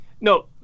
No